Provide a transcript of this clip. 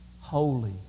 Holy